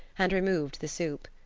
and removed the soup.